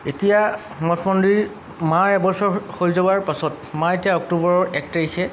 এতিয়া মঠ মন্দিৰ মা এবছৰ হৈ যোৱাৰ পাছত মা এতিয়া অক্টোবৰৰ এক তাৰিখে